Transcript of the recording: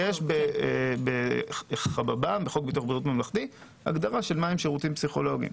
יש בחוק בריאות ממלכתי הגדרה של מהם שירותים פסיכולוגיים.